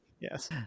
yes